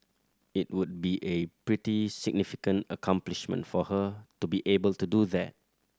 it would be a pretty significant accomplishment for her to be able to do that